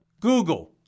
Google